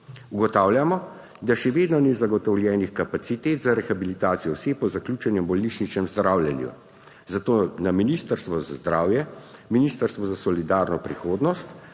Ugotavljamo, da še vedno ni zagotovljenih kapacitet za rehabilitacijo oseb po zaključenem bolnišničnem zdravljenju, zato na Ministrstvo za zdravje, Ministrstvo za solidarno prihodnost